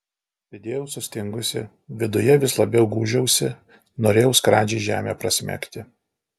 sėdėjau sustingusi viduje vis labiau gūžiausi norėjau skradžiai žemę prasmegti